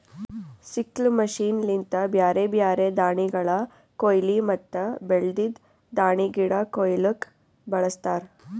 sickle machine ಲಿಂತ ಬ್ಯಾರೆ ಬ್ಯಾರೆ ದಾಣಿಗಳ ಕೋಯ್ಲಿ ಮತ್ತ ಬೆಳ್ದಿದ್ ದಾಣಿಗಿಡ ಕೊಯ್ಲುಕ್ ಬಳಸ್ತಾರ್